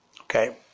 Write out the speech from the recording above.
Okay